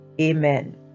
Amen